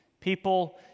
People